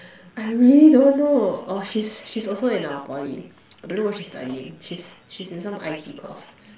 I really don't know oh she's she's also in our Poly I don't know what she's studying she's she's in some I_T course